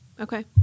Okay